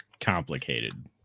complicated